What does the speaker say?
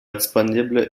disponible